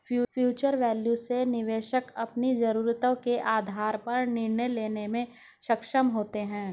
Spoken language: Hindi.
फ्यूचर वैल्यू से निवेशक अपनी जरूरतों के आधार पर निर्णय लेने में सक्षम होते हैं